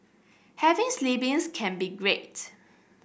having siblings can be great